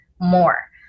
more